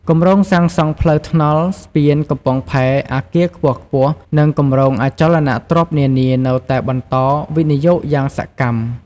គម្រោងសាងសង់ផ្លូវថ្នល់ ស្ពាន កំពង់ផែ អគារខ្ពស់ៗ និងគម្រោងអចលនទ្រព្យនានានៅតែបន្តវិនិយោគយ៉ាងសកម្ម។